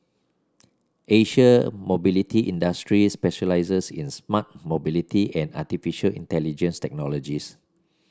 Asia Mobility Industries specialises in smart mobility and artificial intelligence technologies